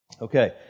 Okay